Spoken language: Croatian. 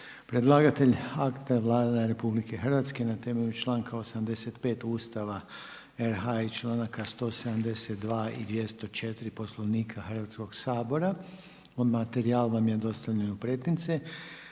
Predlagatelj akta je Vlada RH na temelju članka 85. Ustava RH i članaka 172. i 204. Poslovnika Hrvatskog sabora. Materijal vam je dostavljen u pretince.